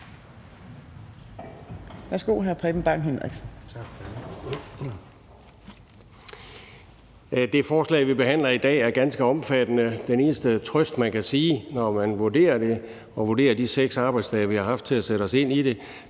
fra hr. Preben Bang Henriksen.